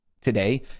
today